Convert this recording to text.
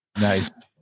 Nice